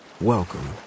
welcome